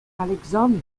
alexandria